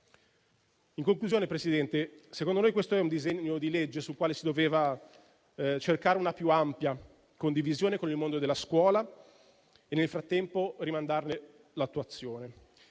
In conclusione, signor Presidente, secondo noi questo è un disegno di legge sul quale si doveva cercare una più ampia condivisione con il mondo della scuola, rimandandone nel frattempo l'attuazione.